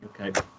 Okay